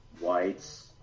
whites